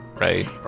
right